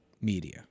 media